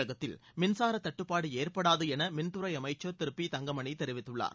தமிழகத்தில் மின்சார தட்டுப்பாடு ஏற்படாது என மின்துறை அமைச்சர் திரு பி தங்கமணி தெரிவித்குள்ளார்